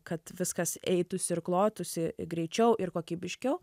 kad viskas eitųsi ir klotųsi greičiau ir kokybiškiau